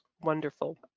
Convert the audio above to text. Wonderful